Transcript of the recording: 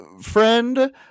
friend